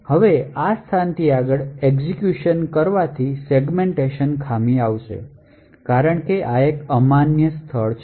હવે આ સ્થાનથી આગળ એક્ઝેક્યુશન કરવાથી સેગ્મેન્ટેશન ખામી થશે કારણ કે આ એક અમાન્ય સ્થાન છે